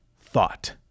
thought